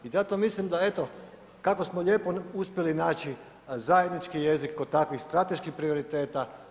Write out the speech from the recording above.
I zato mislim da eto, kako smo lijepo uspjeli naći zajednički jezik kod takvih strateških prioriteta.